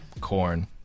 Corn